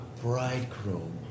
bridegroom